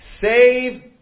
save